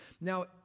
Now